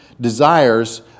desires